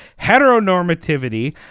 heteronormativity